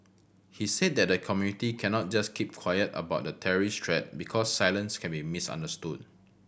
he said that the community cannot just keep quiet about the terrorist threat because silence can be misunderstood